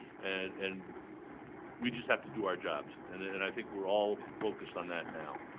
and and we just have to do our jobs. and and i think we're all focused on that now.